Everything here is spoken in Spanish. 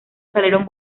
salieron